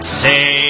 say